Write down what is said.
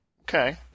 Okay